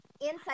Inside